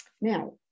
Now